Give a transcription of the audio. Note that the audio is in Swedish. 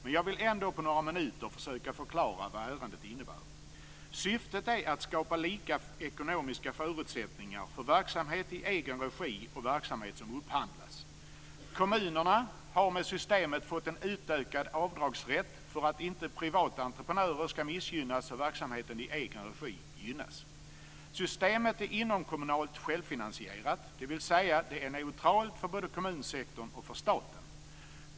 Men jag vill ändå på några minuter försöka förklara vad ärendet innebär. Syftet är att skapa lika ekonomiska förutsättningar för verksamhet i egen regi och verksamhet som upphandlas. Kommunerna har med systemet fått en utökad avdragsrätt för att inte privata entreprenörer skall missgynnas och verksamheten i egen regi gynnas. Systemet är inomkommunalt självfinansierat, dvs. att det är neutralt för både kommunsektorn och staten.